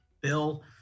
Bill